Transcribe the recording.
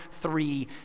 three